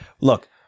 Look